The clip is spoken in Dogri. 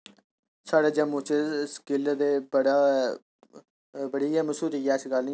साढ़े जम्मू च स्किल्ल ते बड़ा बड़ी गै मश्हूरी ऐ ऐसी गल्ल निं ऐ इत्थै